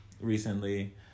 recently